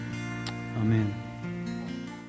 Amen